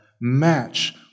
match